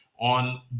on